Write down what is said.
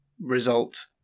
result